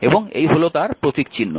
এবং এই হল তার প্রতীকচিহ্ন